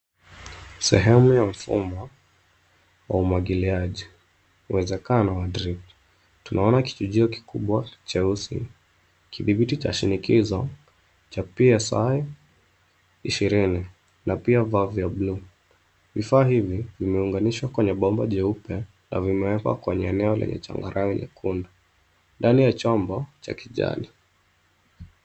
Sehemu ya mfumo wa umwagiliaji. uwezekano wa drip . Tunaona kichujio kikubwa cheusi, kidhibiti cha shinikizo cha PSI ishirini, pia valve ya buluu. Vifaa hivi vimeunganishwa kwa bomba jeupe, na vimewekwa kwenye eneo lenye changarawe nyekundu ndani ya chombo cha kijani.